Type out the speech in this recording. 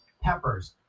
peppers